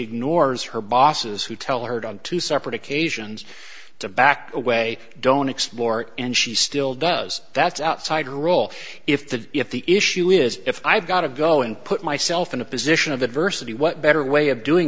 ignores her bosses who tell her to on two separate occasions to back away don't explore and she still does that's outside role if the if the issue is if i've got to go and put myself in a position of adversity what better way of doing